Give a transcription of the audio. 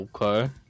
Okay